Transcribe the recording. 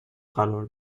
قرار